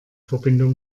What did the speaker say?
verbindung